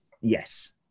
Yes